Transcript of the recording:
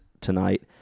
tonight